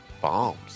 bombs